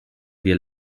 wir